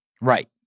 Right